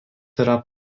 yra